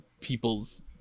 people's